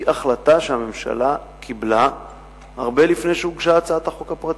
היא החלטה שהממשלה קיבלה הרבה לפני שהוגשה הצעת החוק הפרטית.